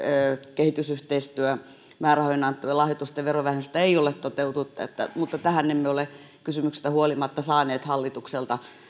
kehitysyhteistyömäärärahoihin annettavien lahjoitusten verovähennystä ei ole toteutettu mutta tähän emme ole kysymyksistä huolimatta saaneet hallitukselta